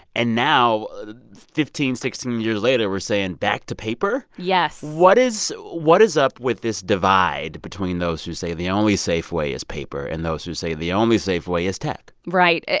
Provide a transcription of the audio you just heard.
and now fifteen, sixteen years later, we're saying back to paper? yes what is what is up with this divide between those who say the only safe way is paper and those who say the only safe way is tech? right.